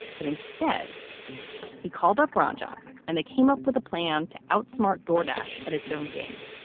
but instead he called up brownjohn and they came up with a plan to outsmart dornbusch at its own game